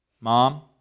Mom